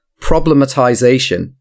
problematization